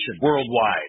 Worldwide